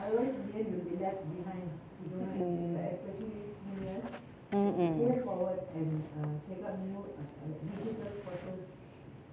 mm mm